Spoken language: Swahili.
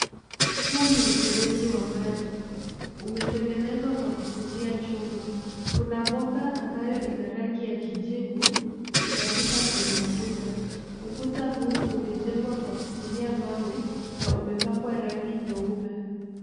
Huu ni mfereji wa maji, umetengenezwa kwa kutumia chuma. Kuna bomba ambayo ina rangi ya kijivu inapita kwenye ukuta. Ukuta huu umejengwa kwa kutumia mawe na umepakwa rangi nyeupe.